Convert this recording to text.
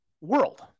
world